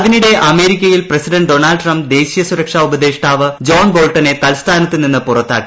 അതിനിടെ അമേരിക്കയിൽ president Donald Trump ദേശീയസുരക്ഷാ ഉപദേഷ്ടാവ് ജോൺ ബോൾട്ടനെ തൽ സ്ഥാനത്ത് നിന്ന് പുറത്താക്കി